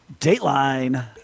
Dateline